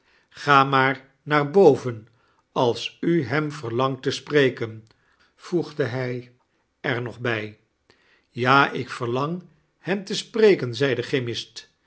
ga maar naar boven als u hem verlangt te spreken voegde hij er nog bij ja ik verlang hem te spreken zei de chemist